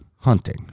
Hunting